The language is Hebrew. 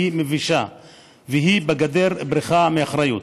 היא מבישה והיא בגדר בריחה מאחריות.